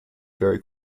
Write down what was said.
very